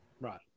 Right